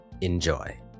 Enjoy